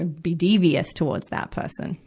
ah be devious towards that person,